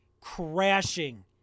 crashing